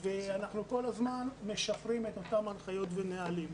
אנחנו כל הזמן משפרים את אותן הנחיות ונהלים.